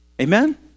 Amen